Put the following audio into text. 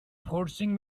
forcing